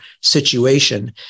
situation